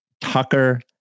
Tucker